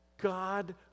God